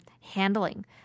handling